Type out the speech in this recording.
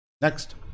Next